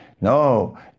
No